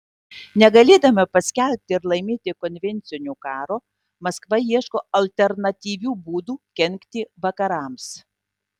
negalėdama paskelbti ir laimėti konvencinio karo maskva ieško alternatyvių būdų kenkti vakarams